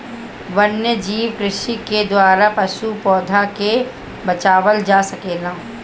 वन्यजीव कृषि के द्वारा पशु, पौधा के बचावल जा सकेला